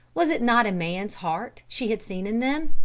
was it not a man's heart she had seen in them?